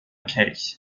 kelch